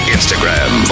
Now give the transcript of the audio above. Instagram